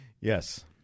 Yes